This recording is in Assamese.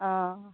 অঁ